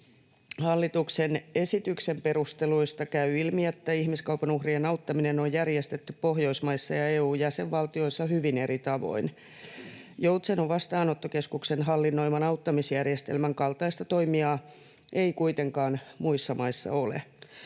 Hallituksen esityksen perusteluista käy ilmi, että ihmiskaupan uhrien auttaminen on järjestetty Pohjoismaissa ja EU-jäsenvaltioissa hyvin eri tavoin. Joutsenon vastaanottokeskuksen hallinnoiman auttamisjärjestelmän kaltaista toimijaa ei kuitenkaan muissa maissa ole.